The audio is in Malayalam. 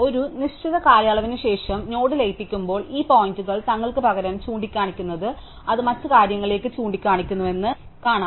ഒരു നിശ്ചിത കാലയളവിനുശേഷം നോഡ് ലയിപ്പിക്കുമ്പോൾ ഈ പോയിന്ററുകൾ തങ്ങൾക്ക് പകരം ചൂണ്ടിക്കാണിക്കുന്നത് അത് മറ്റ് കാര്യങ്ങളിലേക്ക് ചൂണ്ടിക്കാണിക്കുമെന്ന് ഞങ്ങൾ കാണും